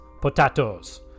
potatoes